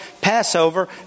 Passover